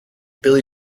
billie